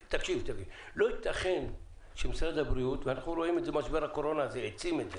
לא ייתכן שמשרד הבריאות ואנחנו רואים שמשבר הקורונה העצים את זה,